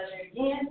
again